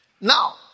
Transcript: Now